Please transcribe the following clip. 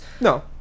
no